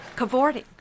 Cavorting